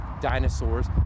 dinosaurs